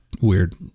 weird